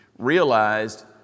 realized